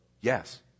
Yes